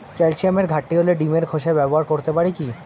ক্যালসিয়ামের ঘাটতি হলে ডিমের খোসা ব্যবহার করতে পারি কি?